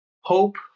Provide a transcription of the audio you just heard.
Hope